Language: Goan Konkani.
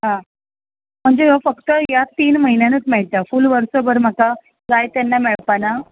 आं म्हणजे हो फक्त ह्या तीन म्हयन्यानूत मेळटा फूल वर्सभर म्हाका जाय तेन्ना मेळपा ना